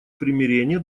примирения